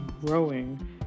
growing